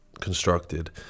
constructed